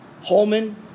Holman